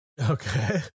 Okay